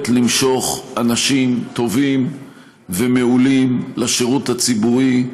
משיכת אנשים טובים ומעולים לשירות הציבורי,